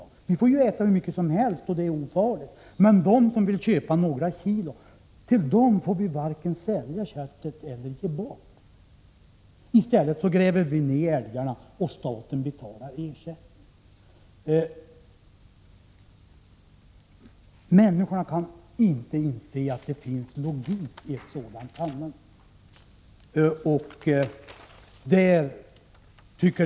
Vi jägare får ju äta hur mycket som helst och det är ofarligt, men vi får varken sälja kött eller ge bort det till dem som vill köpa några kilo. I stället gräver vi ned älgarna och staten betalar ersättning. Människorna kan inte inse att det finns logik i ett sådant handlande.